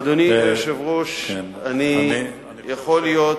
אדוני היושב-ראש, יכול להיות